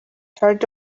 heard